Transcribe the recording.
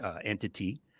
entity